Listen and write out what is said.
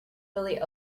really